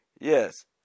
yes